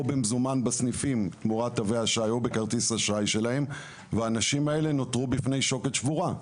או במזומן או בכרטיס האשראי שלהם ונותרו בפני שוקת שבורה.